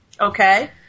Okay